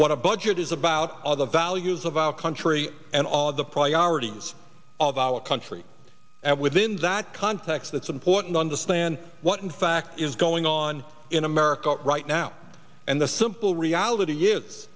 what a budget is about all the values of our country and all of the priorities of our country and within that context it's important to understand what in fact is going on in america right now and the simple reality is